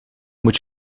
moet